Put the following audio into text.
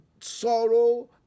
sorrow